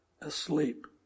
asleep